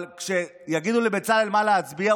אבל כשיגידו לבצלאל מה להצביע,